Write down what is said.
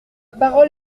parole